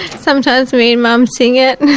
sometimes me and mum sing it